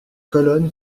colonne